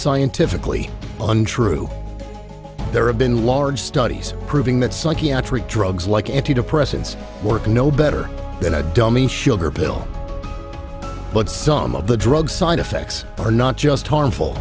scientifically untrue there have been large studies proving that psychiatric drugs like antidepressants work no better than a dummy sugar pill but some of the drug side effects are not just harmful